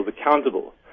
accountable